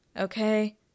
okay